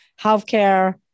healthcare